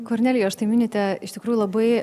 kornelija štai minite iš tikrųjų labai